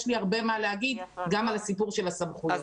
יש לי הרבה מה להגיד גם על הסיפור של הסמכויות.